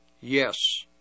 Yes